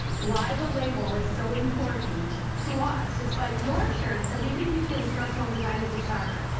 why the label is so important to us despite your assurance that we could keep the instructional design of the charter.